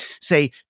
say